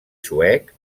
suec